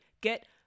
get